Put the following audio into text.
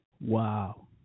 Wow